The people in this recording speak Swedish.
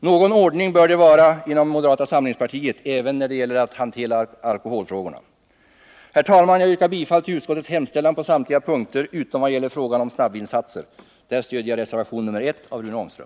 Någon ordning bör det vara inom moderata samlingspartiet även när det gäller att hantera alkoholfrågorna. Herr talman! Jag yrkar bifall till utskottets hemställan på samtliga punkter utom vad gäller frågan om snabbvinsatser, där jag stöder reservation nr 1 av Rune Ångström.